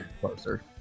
Closer